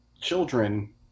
children